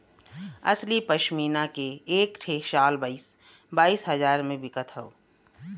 असली पश्मीना के एक ठे शाल बाईस बाईस हजार मे बिकत हौ